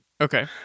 Okay